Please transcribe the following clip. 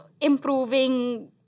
improving